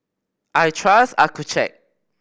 I trust Accucheck